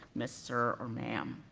miss or or ma'am.